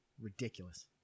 Ridiculous